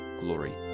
glory